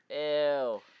Ew